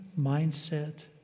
mindset